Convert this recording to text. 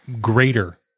greater